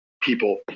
people